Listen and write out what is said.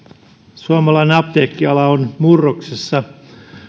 suomalainen apteekkiala on murroksessa